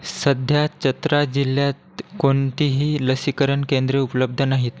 सध्या चतरा जिल्ह्यात कोणतीही लसीकरण केंद्रे उपलब्ध नाहीत